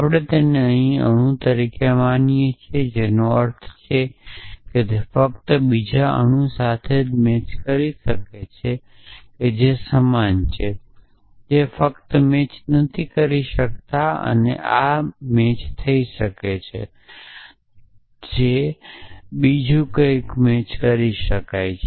આપણે તેને અહીં અણુ તરીકે માણીએ છીએ જેનો અર્થ છે કે તે ફક્ત બીજા અણુ સાથે જ મેચ કરી શકે છે જે સમાન છે જે ફક્ત મેચ કરી શકતો નથી અથવા ફક્ત મેચ કરી શકે છે અથવા તે ફક્ત ચલો છે જે કંઈક બીજું મેચ કરી શકે છે